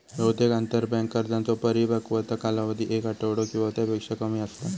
बहुतेक आंतरबँक कर्जांचो परिपक्वता कालावधी एक आठवडो किंवा त्यापेक्षा कमी असता